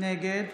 נגד